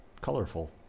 colorful